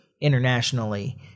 internationally